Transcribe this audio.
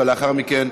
ולאחר מכן,